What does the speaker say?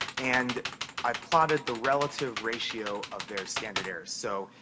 and i've plotted the relative ratio of their standard errors. so,